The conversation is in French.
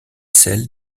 celle